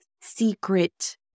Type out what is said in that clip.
secret